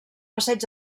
passeig